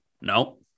No